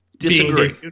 disagree